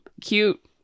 cute